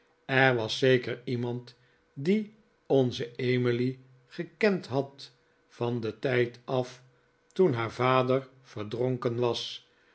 er was zeker iemand die onze emily gekend had van den tijd af toen haar vader verdronken was